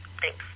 Thanks